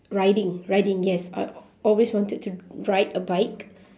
riding riding yes I always wanted to ride a bike